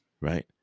right